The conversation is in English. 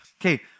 Okay